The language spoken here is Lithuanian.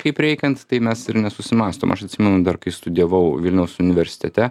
kaip reikiant tai mes ir nesusimąstom aš atsimenu dar kai studijavau vilniaus universitete